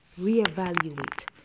reevaluate